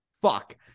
Fuck